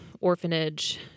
orphanage